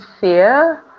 fear